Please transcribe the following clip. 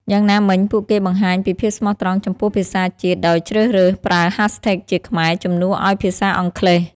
យ៉ាងណាមិញ ពួកគេបង្ហាញពីភាពស្មោះត្រង់ចំពោះភាសាជាតិដោយជ្រើសរើសប្រើ hashtags ជាខ្មែរ ជំនួសឱ្យភាសាអង់គ្លេស។